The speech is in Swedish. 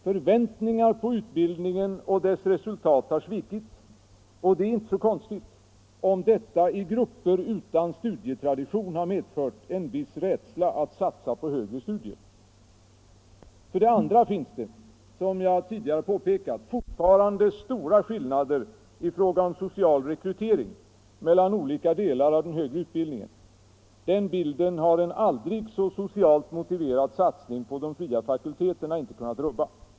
Förväntningar på utbildningen och dess resultat har svikits, och det är inte så konstigt, om detta i grupper utan studietradition har medfört en viss rädsla att satsa på högre studier. För det andra finns det — som jag tidigare påpekat — fortfarande stora skillnader i fråga om social rekrytering mellan olika delar av den högre utbildningen. Den bilden har en aldrig så socialt motiverad satsning på de fria fakulteterna inte kunnat rubba.